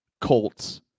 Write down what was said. Colts